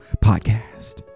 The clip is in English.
Podcast